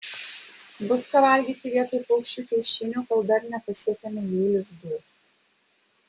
bus ką valgyti vietoj paukščių kiaušinių kol dar nepasiekėme jų lizdų